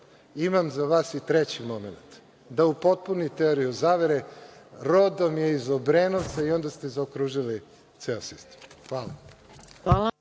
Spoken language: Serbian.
Imam za vas i treći momenat, da upotpunim teoriju zavere. Rodom je iz Obrenovca. Onda ste zaokružili ceo sistem. Hvala.